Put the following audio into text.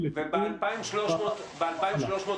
לא כל שכן באלו שעכשיו צריכים להעביר אותם